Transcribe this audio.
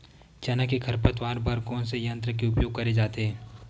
चना के खरपतवार बर कोन से यंत्र के उपयोग करे जाथे?